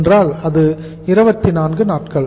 என்றால் அது 24 நாட்கள்